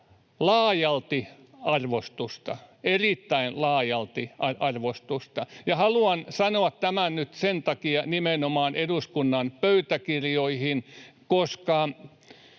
laajalti arvostusta, erittäin laajalti arvostusta, ja haluan sanoa tämän nyt nimenomaan eduskunnan pöytäkirjoihin sen